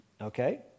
okay